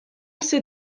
ser